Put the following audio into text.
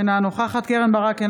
אינה נוכחת קרן ברק,